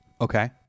Okay